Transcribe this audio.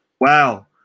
Wow